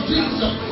Jesus